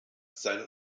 seine